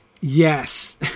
Yes